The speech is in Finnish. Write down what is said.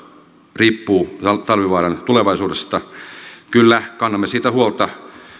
riippuu talvivaaran tulevaisuudesta kyllä kannamme huolta